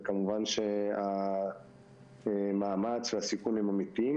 וכמובן שהמאמץ והסיכון הם אמיתיים,